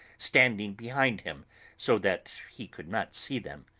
standing behind him so that he could not see them,